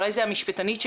אולי זה המשפטנית שבי,